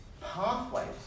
pathways